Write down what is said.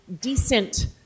decent